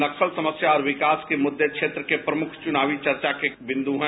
नक्सल समस्या और विकास के मुद्दे क्षेत्र के प्रमुख चुनावी चर्चा के बिंदु है